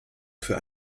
für